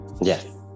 Yes